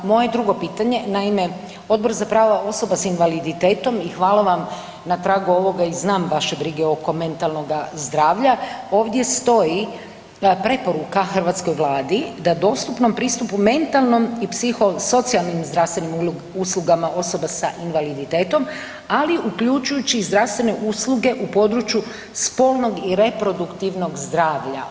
Moje drugo pitanje, naime Odbor za prava osoba s invaliditetom i hvala vam na tragu ovoga i znam vaše brige oko mentalnoga zdravlja, ovdje stoji preporuka hrvatskoj Vladi da dostupnom pristupu mentalnom i psihosocijalnim zdravstvenim uslugama osoba sa invaliditetom, ali i uključujući zdravstvene usluge u području spolnog i reproduktivnog zdravlja.